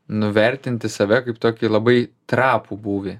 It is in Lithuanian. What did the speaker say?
nuvertinti save kaip tokį labai trapų būvį